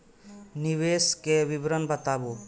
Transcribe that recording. निवेश के विवरण बताबू?